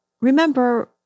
remember